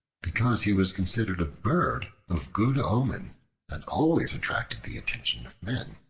because he was considered a bird of good omen and always attracted the attention of men,